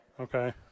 Okay